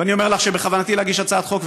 ואני אומר לך שבכוונתי להגיש הצעת חוק,